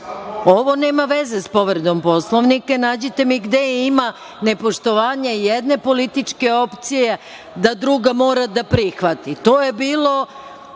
Ovo nema veze sa povredom Poslovnika. Nađite mi gde ima nepoštovanja jedne političke opcije, da druga mora da prihvati.